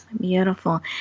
Beautiful